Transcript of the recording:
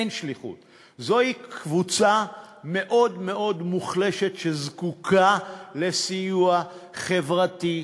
זו קבוצה מאוד מאוד מוחלשת, שזקוקה לסיוע חברתי,